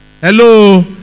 Hello